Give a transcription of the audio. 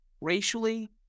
racially